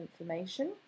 information